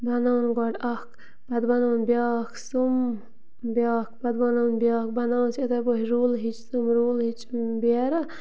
بَناوَن گۄڈٕ اَکھ پَتہٕ بَناوُن بیٛاکھ سُم بیٛاکھ پَتہٕ بَناوُن بیٛاکھ بَناوان چھِ یِتھَے پٲٹھۍ روٗلہٕ ہِچ تِم روٗلہٕ ہِچ بیرٕ